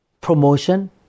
promotion